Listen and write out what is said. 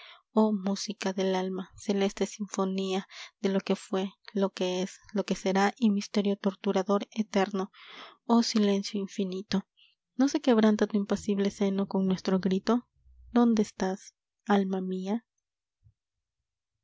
oh música del alma celeste sinfonía de lo que fué lo que es lo que será y misterio torturador eterno oh silencio infinito no se quebranta tu impasible seno con nuestro grito dónde estás alma mía